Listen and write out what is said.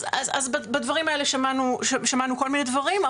אז בדברים האלה שמענו כל מיני דברים,